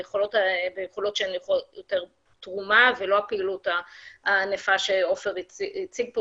זו תרומה ולא הפעילות הענפה שעופר הציג פה